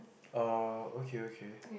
orh okay okay